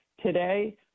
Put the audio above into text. Today